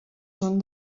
són